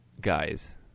Guys